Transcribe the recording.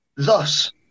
Thus